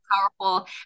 powerful